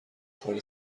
کار